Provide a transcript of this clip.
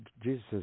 Jesus